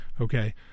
Okay